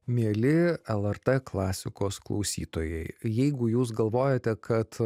mieli lrt klasikos klausytojai jeigu jūs galvojate kad